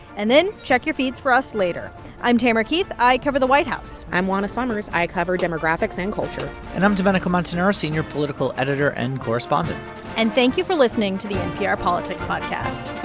and then check your feeds for us later i'm tamara keith. i cover the white house i'm juana summers. i cover demographics and culture and i'm domenico montanaro, senior political editor and correspondent and thank you for listening to the npr politics podcast